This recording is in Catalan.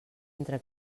entre